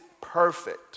perfect